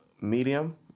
medium